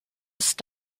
ist